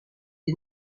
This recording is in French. des